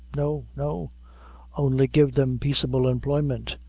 no, no only give them peaceable employment,